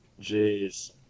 Jeez